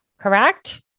Correct